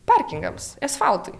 parkingams esfaltui